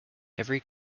every